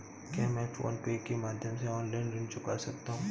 क्या मैं PhonePe के माध्यम से ऑनलाइन ऋण चुका सकता हूँ?